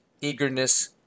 eagerness